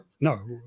no